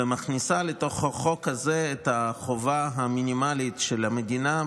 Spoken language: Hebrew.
ומכניסה לתוך החוק הזה את החובה המינימלית של המדינה,